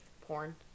Porn